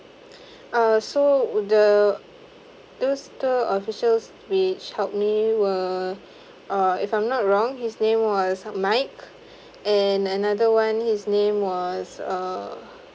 uh so the these tour officers which help me were uh if I'm not wrong his name was mike and another one his name was uh